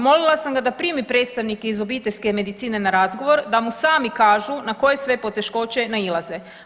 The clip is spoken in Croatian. Molila sam ga da primi predstavnike iz obiteljske medicine na razgovor, da mu sami kažu na koje sve poteškoće nailaze.